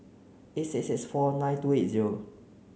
eight six six four nine two eight zero